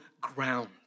ground